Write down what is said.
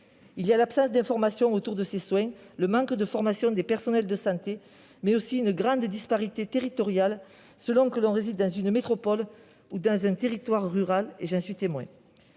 : l'absence d'information sur ces soins, le manque de formation des personnels de santé, mais aussi une grande disparité territoriale, selon que l'on réside dans une métropole ou dans un territoire rural- j'en suis témoin.